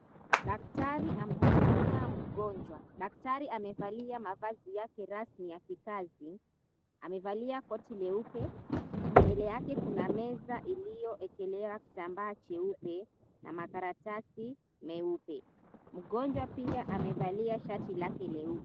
Daktari amhudumia mgonjwa. Daktari amevalia mavazi yake rasmi ya kikazi amevalia koti leupe mbele yake kuna meza iliyowekelewa kitambaa cheupe na makaratasi meupe. Mgonjwa pia amevalia shti lake leupe.